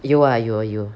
有 ah 有 ah 有